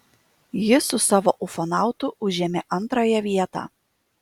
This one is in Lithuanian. jis su savo ufonautu užėmė antrąją vietą